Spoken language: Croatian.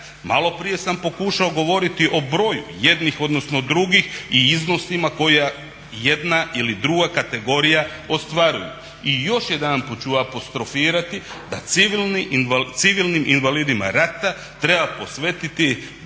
Malo prije sam pokušao govoriti o broju jednih odnosno drugih i iznosima koje jedna ili druga kategorija ostvaruju. I još jedanput ću apostrofirati da civilnim invalidima rata treba posvetiti daleko